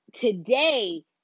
today